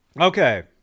Okay